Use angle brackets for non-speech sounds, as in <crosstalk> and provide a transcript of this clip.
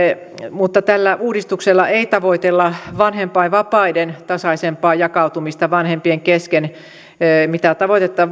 mutta tällä uudistuksella ei tavoitella vanhempainvapaiden tasaisempaa jakautumista vanhempien kesken mitä tavoitetta <unintelligible>